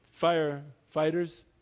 firefighters